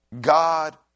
god